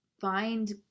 Find